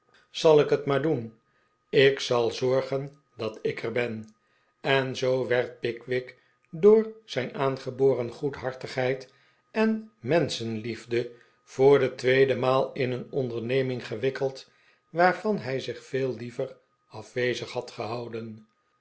zal ik het maar doen ik zal zorgen dat ik er ben en zoo werd pickwick door zijn aangeboren goedhartigheid en menschenliefde voor de tweede maal in een onderneming gewikkeld waarvan hij zich veel liever afzijdig had gehouden